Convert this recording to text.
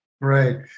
Right